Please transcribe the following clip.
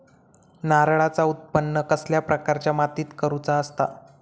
नारळाचा उत्त्पन कसल्या प्रकारच्या मातीत करूचा असता?